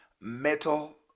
metal